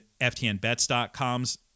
FTNBets.com's